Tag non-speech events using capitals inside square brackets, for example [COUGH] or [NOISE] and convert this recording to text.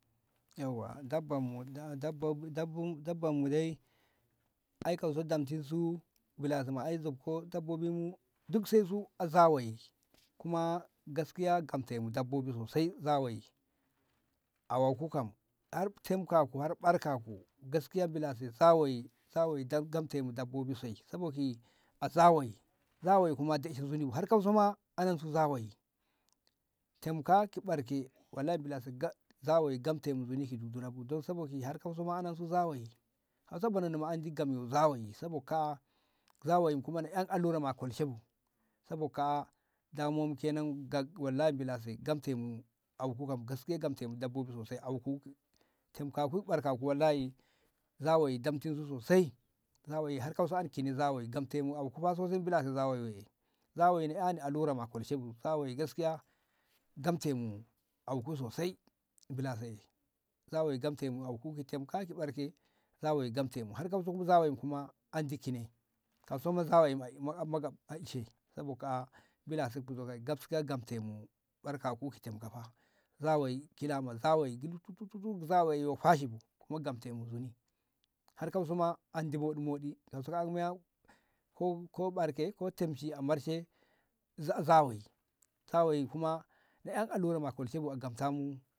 yauwa dabbanmu dabb- dabbu dabbu dabban mu dai ai kauso adamtensu nzuni milase dukcensu a zawayi kuma gaskiya gamte mu dabbobi sosai zawayi awaku kam har temkaku har ɓerkaku gaskiya milase zawayi zawayi damtemu dabbobi shai saboki a zawayi zawayi kuma daishemu nzuni bu har kauso ma anan su zawayi tamka ki ɓarke wallayi milase zawayi a gamtemu nzuni ki burabu don saboda ki har kauso ma anan su zawayi har so bonanno hanandi gam yo zawayi sabo ka'a zawayin kuma ni an allura ma a kolshe bu sabo ka'a damuwar mu kenan gag wallayi milase gamte mu auku kam gaskiya kam gamtemu dabbobi sosai auku temkaku ɓerkaku wallayi zawayi damtinsu sosai zawayi har kauso ankine zawayi gamtemu auku fa sosai milase zawayi zawayi ni an allura ma kolshe bu zawayi gaskiya gamte mu auku sosai milase zawayi gamte mu auku ki temkake ɓarke zawayi gamtemu har kauso ma zawayin kuma andi kine kausoma za wayi [UNINTELLIGIBLE] sabo ka'a milase gamte mu ɓarkaku ki temka fa zawayi kilama zawayi tututu zawayi yo fashi bu kuma gamte muzuni harkauso ma andi moɗi- moɗi kauso mu anko ko ɓarke ko temshi a marshe za- zawayi zawayi kuma mu an allura ma a kolshe bu a kamtamu